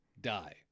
die